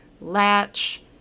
latch